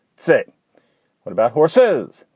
say what about horses?